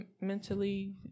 mentally